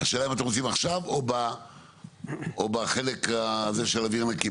השאלה אם אתם רוצים עכשיו או בחלק של אוויר נקי?